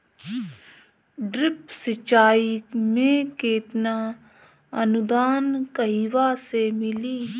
Drip सिंचाई मे केतना अनुदान कहवा से मिली?